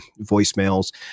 voicemails